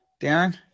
Darren